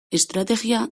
estrategia